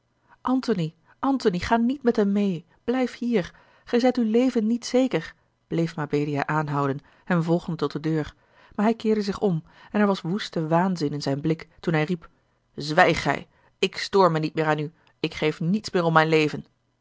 antony antony ga niet met hem meê blijf hier gij zijt uw leven niet zeker bleef mabelia aanhouden hem volgende tot de deur maar hij keerde zich om en er was woeste waanzin in zijn blik toen hij riep zwijg gij ik stoor mij niet meer aan u ik geef niets meer om mijn leven